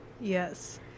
yes